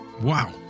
Wow